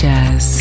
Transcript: Jazz